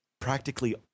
practically